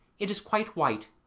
it is quite white,